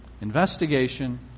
investigation